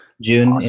June